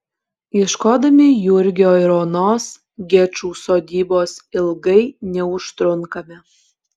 ieškodami jurgio ir onos gečų sodybos ilgai neužtrunkame